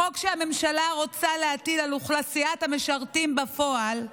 החוק שהממשלה רוצה להטיל על אוכלוסיית המשרתים בפועל,